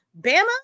Bama